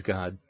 God